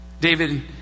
David